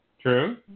True